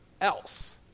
else